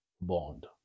Bond